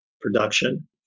production